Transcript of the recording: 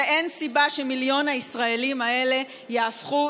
אין סיבה שמיליון הישראלים האלה יהפכו